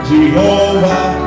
Jehovah